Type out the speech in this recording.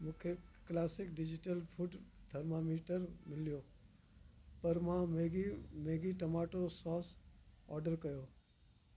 मूंखे classic digital food thermometer मिलियो पर मां Maggi Maggi tomato sauce order कयो